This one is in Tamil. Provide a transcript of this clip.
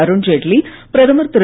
அருண்ஜெட்லி பிரதமர் திரு